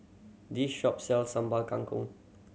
this shop sells Sambal Kangkong